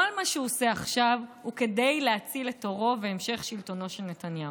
כל מה שהוא עושה עכשיו הוא כדי להציל את עורו והמשך שלטונו של נתניהו.